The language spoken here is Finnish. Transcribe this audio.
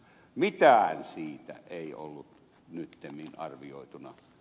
mitään siitä ei ollut nyttemmin arvioituna